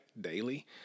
daily